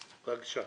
בבקשה.